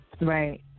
Right